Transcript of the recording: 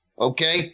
Okay